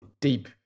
deep